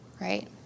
right